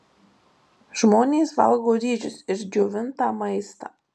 žmonės valgo ryžius ir džiovintą maistą